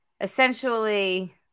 essentially